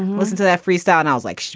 listen to that freestyle. and i was like,